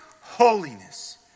holiness